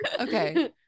Okay